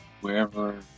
wherever